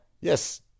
yes